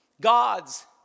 God's